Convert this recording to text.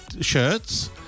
shirts